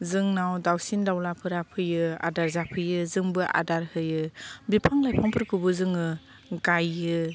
जोंनाव दाउसिन दाउलाफोरा फैयो आदार जाफैयो जोंबो आदार होयो बिफां लाइफांफोरखौबो जोङो गायो